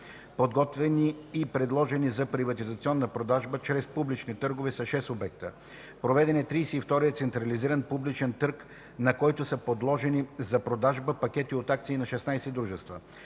Подготвени и предложени за приватизационна продажба чрез публични търгове са 6 обекта. Проведен е 32-рият централизиран публичен търг, на който са предложени за продажба пакети от акции на 16 дружества.